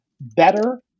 better